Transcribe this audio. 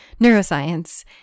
neuroscience